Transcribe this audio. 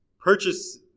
purchase